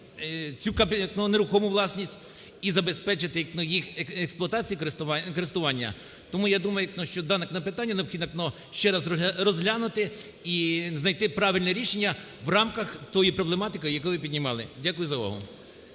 цю нерухому власність і забезпечити їх експлуатацію і користування. Тому я думаю, що дане питання необхідно ще раз розглянути і знайти правильне рішення в рамках тієї проблематики, яку ви піднімали. Дякую за увагу.